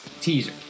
Teaser